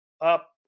up